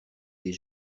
des